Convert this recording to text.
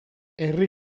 herri